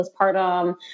postpartum